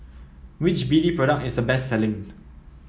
which B D product is the best selling